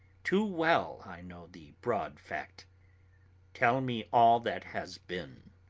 too well i know the broad fact tell me all that has been.